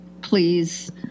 please